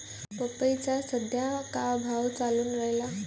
पपईचा सद्या का भाव चालून रायला?